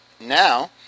Now